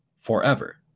forever